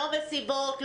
לא מסיבות,